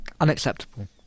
unacceptable